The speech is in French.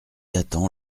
attend